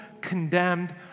condemned